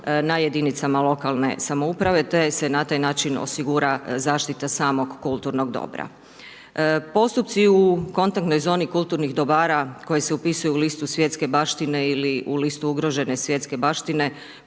na jedinicama lokalne samouprave te se na taj način osigura zaštita samog kulturnog dobra. Postupci u kontaktnoj zoni kulturnih dobara koji se upisuju u listu svjetske baštine ili u listu ugrožene svjetske baštine